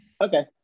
Okay